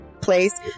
place